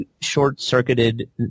short-circuited